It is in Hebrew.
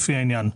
לפי העניין.